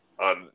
On